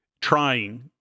Trying